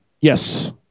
yes